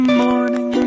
morning